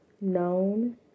known